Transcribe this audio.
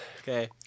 Okay